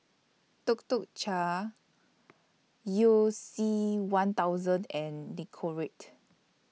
Tuk Tuk Cha YOU C one thousand and Nicorette